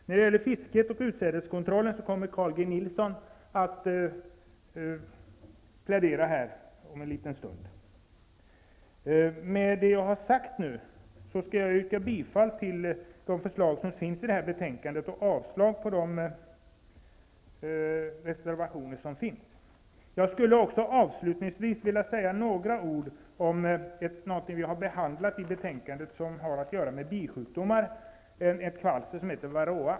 När det gäller fisket och utsädeskontrollen kommer Med det jag nu har sagt skall jag yrka bifall till de förslag som finns i detta betänkande och avslag på reservationerna. Jag skulle också avslutningsvis vilja säga några ord om en fråga som har behandlats i betänkandet, och det har att göra med bisjukdomar och ett kvalster som heter varroa.